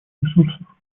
ресурсов